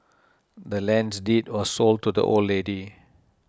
the land's deed was sold to the old lady